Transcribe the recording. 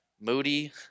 Moody